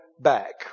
back